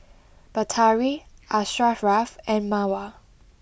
Batari Asharaff and Mawar